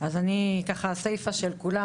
אני הסֵיפָה של כולם.